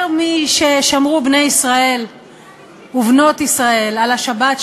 יותר מששמרו בני ישראל ובנות ישראל על השבת,